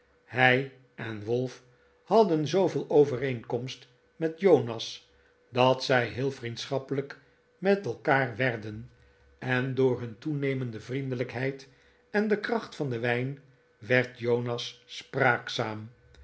hij en wolf hadden zooveel overeenkomst met jonas dat zij heel vriendschappelijk met elkaar werden en door hun toenemende vriendelijkheid en de kracht van den wijn werd jonas spraakzaam